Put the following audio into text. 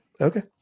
Okay